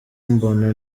mbona